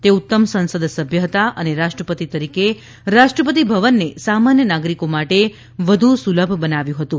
તે ઉત્તમ સંસદસભ્ય હતા અને રાષ્ટ્રપતિ તરીકે રાષ્ટ્રપતિ ભવનને સામાન્ય નાગરિકો માટે વધુ સુલભ બનાવ્યું હતું